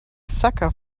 sucker